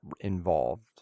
involved